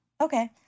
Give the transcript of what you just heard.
Okay